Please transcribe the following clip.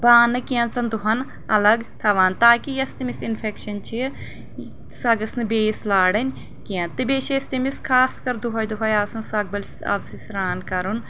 بانہٕ کینٛژن دۄہن الگ تھاوان تاکہِ یس تٔمِس انفیکشن چھِ سۄ گٔژھ نہٕ بیٚیِس لارٕنۍ کینٛہہ تہٕ بیٚیہِ چھِ أسۍ تٔمِس خاص کر دۄہٕے دۄہے آسان سۄکبٕلۍ آبہٕ سۭتۍ سرٛان کرُن